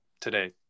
today